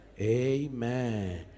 Amen